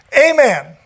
amen